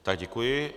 Tak děkuji.